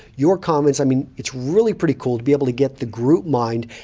your comments, i mean it's really pretty cool to be able to get the group mind,